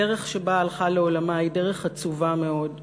הדרך שבה הלכה לעולמה היא דרך עצובה מאוד.